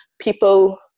people